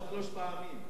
הצבעתי שלוש פעמים.